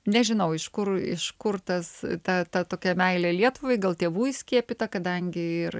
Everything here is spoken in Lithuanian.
nežinau iš kur iš kur tas ta ta tokia meilė lietuvai gal tėvų įskiepyta kadangi ir